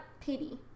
pity